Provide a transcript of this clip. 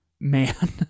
man